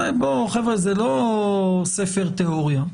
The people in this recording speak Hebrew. חבר'ה, זה לא ספר תאוריה.